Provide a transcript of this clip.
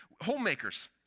Homemakers